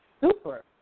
super